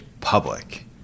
public